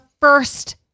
first